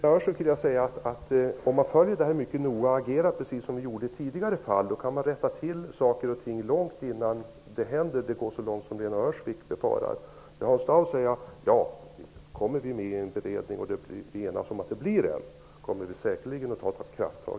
Herr talman! Om man följer detta mycket noga, Lena Öhrsvik, och agerar precis som vi gjort i tidigare fall kan man rätta till saker och ting innan det går så långt som Lena Öhrsvik befarar. Kommer vi med i beredningen kommer vi säkert, Hans Dau, att där ta krafttag.